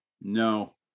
No